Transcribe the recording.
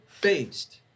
based